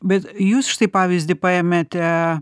bet jūs štai pavyzdį paėmėte